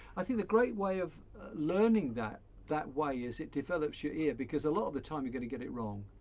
i think the great way of learning that that way is it develops your ear, because a lot of the time you're gonna get it wrong.